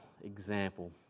example